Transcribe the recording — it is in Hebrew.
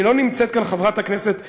לא נמצאת כאן חברת הכנסת זנדברג,